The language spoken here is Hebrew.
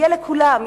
יהיה לכולם,